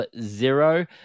zero